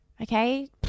Okay